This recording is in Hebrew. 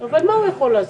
אבל מה הוא יכול לעשות?